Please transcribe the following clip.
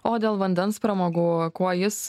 o dėl vandens pramogų kuo jis